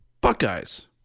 Buckeyes